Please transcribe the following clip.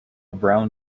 brown